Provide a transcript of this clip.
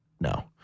No